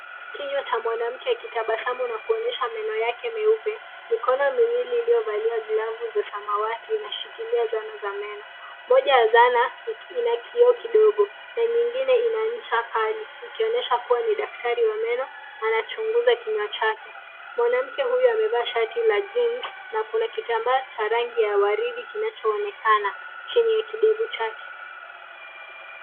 Kinywa cha mwanamke akitabasamu na kuonyesha meno yake meupe, mikono miwili iliyovalia glavu za samawati inashikilia zana za meno. Moja ya zana ina kioo kidogo na nyingine ina ncha kali ikionyesha kuwa ni daktari wa meno anachunguza kinywa chake. Mwanamke huyo amevaa shati la jeans na kuna kitambaa cha rangi ya waridi kinachoonekana chini ya kidevu chake.